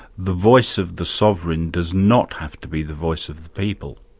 the voice of the sovereign does not have to be the voice of the people.